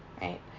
right